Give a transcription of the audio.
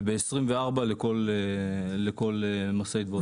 ובשנת 2024 לכל משאית ואוטובוס.